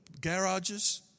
garages